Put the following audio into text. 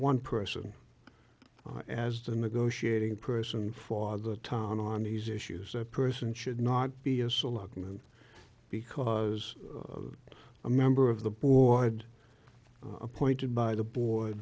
one person as the negotiating person for the time on these issues a person should not be a selectman because a member of the boyd appointed by the board